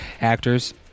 actors